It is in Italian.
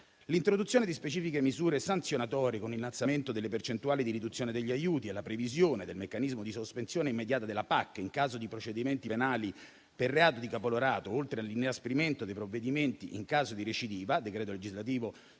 L'introduzione di specifiche misure sanzionatorie, con l'innalzamento delle percentuali di riduzione degli aiuti e la previsione del meccanismo di sospensione immediata della PAC in caso di procedimenti penali per il reato di caporalato, oltre all'inasprimento dei provvedimenti in caso di recidiva (decreto legislativo